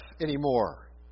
anymore